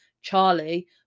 Charlie